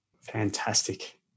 Fantastic